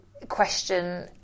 Question